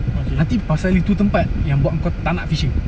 nanti pasal itu tempat yang buat engkau tak nak fishing